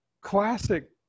classic